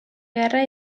guerra